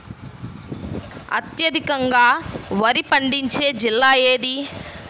అత్యధికంగా వరి పండించే జిల్లా ఏది?